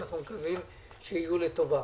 אנחנו מקווים שיהיו לטובה.